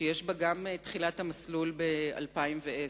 שיש בה גם תחילת המסלול ב-2010,